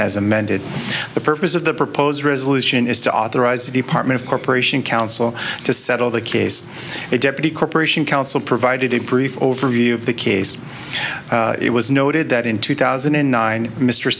as amended the purpose of the proposed resolution is to authorize the department of corporation counsel to settle the case it deputy corporation counsel provided a brief overview of the case it was noted that in two thousand and nine mr